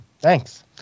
Thanks